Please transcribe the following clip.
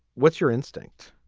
what's your instinct?